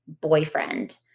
boyfriend